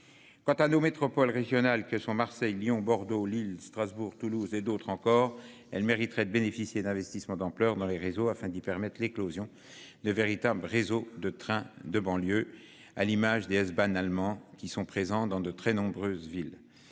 Quant à nos métropoles régionales que sont Marseille, Lyon, Bordeaux, Lille, Strasbourg, Toulouse et d'autres encore elle mériteraient de bénéficier d'investissements d'ampleur dans les réseaux afin d'y permettent l'éclosion de véritables réseaux de trains de banlieue, à l'image des S-Bahn allemands qui sont présents dans de très nombreuses villes.